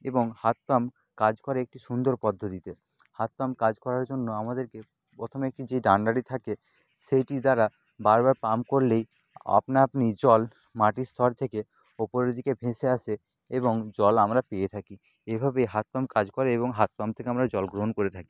এবং হাত পাম্প কাজ করে একটি সুন্দর পদ্ধতিতে হাত পাম্প কাজ করার জন্য আমাদেরকে প্রথমে একটি যে ডাণ্ডাটি থাকে সেইটির দ্বারা বারবার পাম্প করলেই আপনা আপনি জল মাটির স্তর থেকে ওপরের দিকে ভেসে আসে এবং জল আমরা পেয়ে থাকি এভাবেই হাত পাম্প কাজ করে এবং হাত পাম্প থেকে আমরা জল গ্রহণ করে থাকি